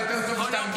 יותר טוב שתרגיע.